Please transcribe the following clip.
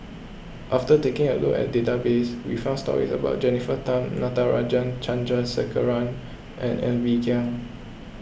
after taking a look at the database we found stories about Jennifer Tham Natarajan Chandrasekaran and Ng Bee Kia